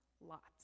lots